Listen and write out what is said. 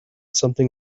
something